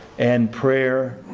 and prayer,